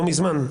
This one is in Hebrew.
לא מזמן,